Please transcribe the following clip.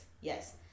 Yes